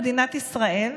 מדינת ישראל,